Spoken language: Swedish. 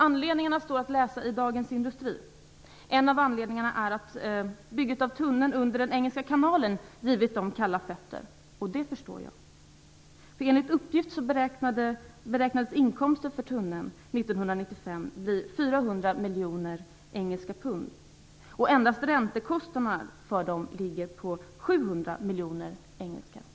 Anledningarna står att läsa i Dagens Industri. En av anledningarna är att bygget av tunneln under den engelska kanalen har givit banken kalla fötter, och det förstår jag. Enligt uppgift beräknades inkomsten för tunneln bli 400 miljoner engelska pund 1995, och redan räntekostnaderna ligger på 700 miljoner engelska pund.